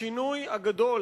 השינוי הגדול,